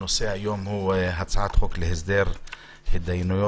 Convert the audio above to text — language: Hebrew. על סדר-היום: הצעת חוק להסדר התדיינות